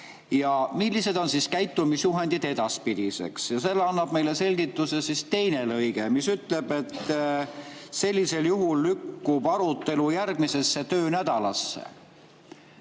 Millised on käitumisjuhendid edaspidiseks? Selle kohta annab meile selgituse teine lõige, mis ütleb, et sellisel juhul lükkub arutelu järgmisesse töönädalasse.